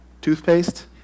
toothpaste